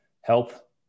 help